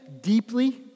deeply